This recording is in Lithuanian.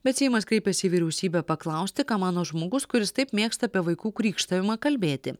bet seimas kreipėsi į vyriausybę paklausti ką mano žmogus kuris taip mėgsta apie vaikų krykštavimą kalbėti